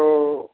तो